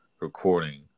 recording